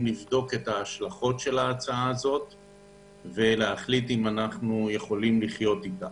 לבדוק את השלכותיה ולהבין אם אפשר לחיות איתה.